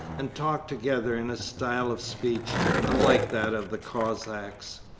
and talked together in a style of speech unlike that of the cossacks,